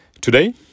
Today